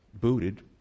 booted